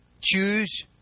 choose